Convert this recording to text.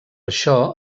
això